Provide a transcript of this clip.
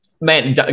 man